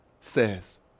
says